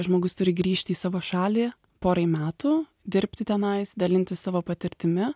žmogus turi grįžti į savo šalį porai metų dirbti tenais dalintis savo patirtimi